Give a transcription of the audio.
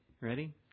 Ready